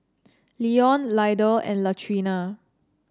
Leon Lydell and Latrina